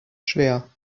schwer